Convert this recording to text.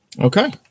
okay